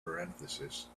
parentheses